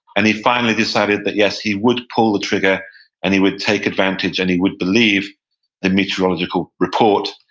and he finally decided that yes, he would pull the trigger and he would take advantage and he would believe the meteorological report.